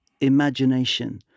imagination